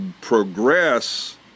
progress